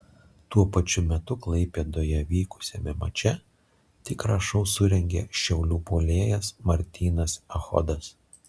tuo pačiu metu klaipėdoje vykusiame mače tikrą šou surengė šiaulių puolėjas martynas echodas